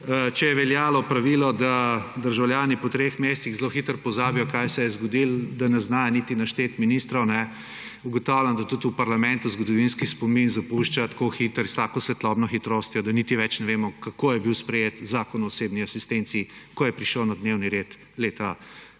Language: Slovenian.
če je veljalo pravilo, da državljani po treh mesecih zelo hitro pozabijo, kaj se je zgodilo, da ne znajo niti našteti ministrov, ugotavljam, da tudi v parlamentu zgodovinski spomin zapušča tako hitro in s tako svetlobno hitrostjo, da niti več ne vemo, kako je bil sprejet Zakon o osebni asistenci, ko je prišel na dnevni red leta,